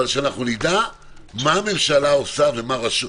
אבל שנדע מה הממשלה עושה ומה הרשות.